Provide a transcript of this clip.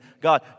God